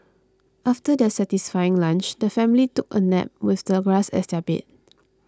after their satisfying lunch the family took a nap with the grass as their bed